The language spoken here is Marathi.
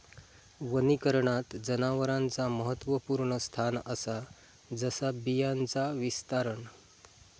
वनीकरणात जनावरांचा महत्त्वपुर्ण स्थान असा जसा बियांचा विस्तारण